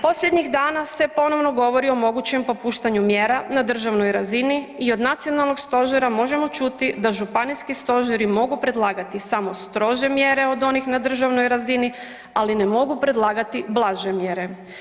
Posljednjih dana se ponovo govori o mogućem popuštanju mjera na državnoj razini i od nacionalnog stožera možemo čuti da županijski stožeri mogu predlagati samo strože mjere od onih na državnoj razini, ali ne mogu predlagati blaže mjere.